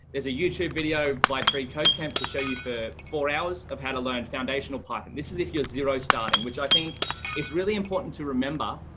there's a youtube video by free code camp to show you for four hours of how to learn foundational path. and this is if you're zero starting, which i think is really important to remember.